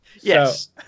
Yes